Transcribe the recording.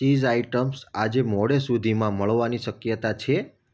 cheese items આજે મોડે સુધીમાં મળવાની શક્યતા છે